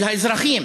אל האזרחים,